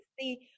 see